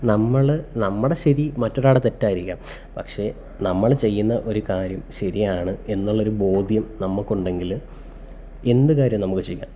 നമ്മൾ നമ്മുടെ ശരി മറ്റൊരാളുടെ തെറ്റായിരിക്കാം പക്ഷെ നമ്മൾ ചെയ്യുന്ന ഒരു കാര്യം ശരിയാണ് എന്നുള്ളൊരു ബോധ്യം നമുക്കുണ്ടെങ്കിൽ എന്തു കാര്യവും നമുക്ക് ചെയ്യാം